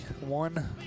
one